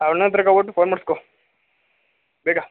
ಅರುಣಾ ಹತ್ರಕ್ಕೆ ಹೋಗ್ಬಿಟ್ಟು ಫೋನ್ ಮಾಡಿಸ್ಕೊ ಬೇಗ